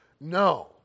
No